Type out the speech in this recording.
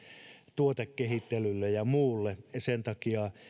tuotekehittelylle ja muulle sen takia